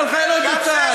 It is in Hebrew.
אין אישור הלכתי לאונס.